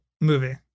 movie